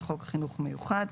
חוק חינוך מיוחד,